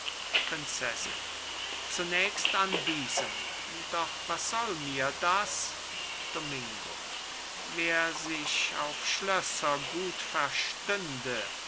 prinzessin zunächst an diesem doch was soll mir das domingo wer sich auf schlösser gut verstände